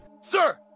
Sir